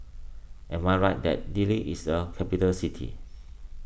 am I right that Dili is a capital city